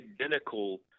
identical